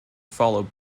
followed